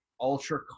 ultra